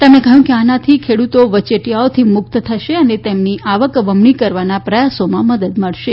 તેમણે કહયું કે આનાથી ખેડુતો વચેટીયાઓથી મુકત થશે અને તેમની આવક બમણી કરવાના પ્રયાસોમાં મદદ મળશે